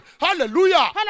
hallelujah